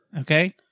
Okay